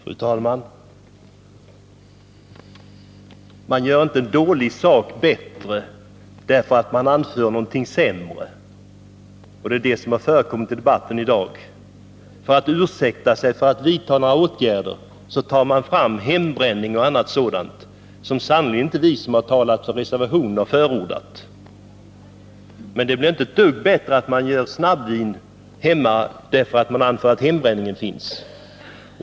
Fru talman! Man gör inte en dålig sak bättre därför att man anför någonting ännu sämre. Det är det som förekommit i debatten i dag. För att ursäkta sig för att man inte vidtar några åtgärder anför man hembränningen och annat sådant, något som vi som talar för reservationen sannerligen inte har förordat. Men det blir inte alls någon förbättring, när det gäller framställning av snabbvin hemma, genom att det anförs att hembränningen finns.